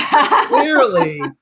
clearly